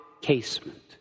casement